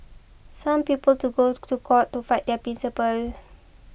some people to go to court to fight their principles